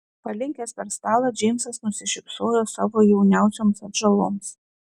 palinkęs per stalą džeimsas nusišypsojo savo jauniausioms atžaloms